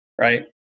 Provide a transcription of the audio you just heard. right